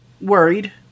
worried